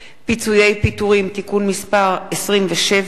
פיצויי פיטורים (תיקון מס' 27),